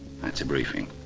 that's a briefing.